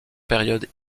périodes